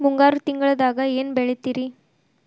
ಮುಂಗಾರು ತಿಂಗಳದಾಗ ಏನ್ ಬೆಳಿತಿರಿ?